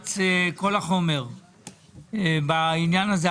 שיופץ כל החומר בעניין הזה.